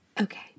Okay